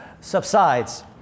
subsides